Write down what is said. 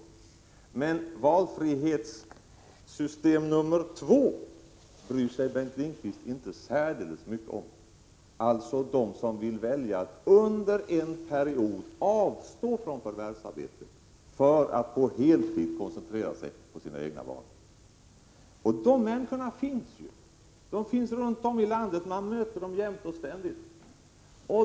Men det alternativa valfrihetssystemet bryr sig Bengt Lindqvist inte särdeles mycket om — det som ger möjlighet för den som vill det att välja att under en period avstå från förvärvsarbete för att på heltid kunna koncentrera sig på sina egna barn. De människorna finns runt omkring i landet, och man möter dem jämt och ständigt.